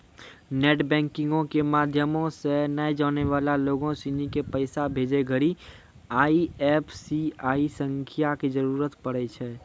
net बैंकिंगो के माध्यमो से नै जानै बाला लोगो सिनी के पैसा भेजै घड़ि आई.एफ.एस.सी संख्या के जरूरत होय छै